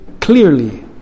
clearly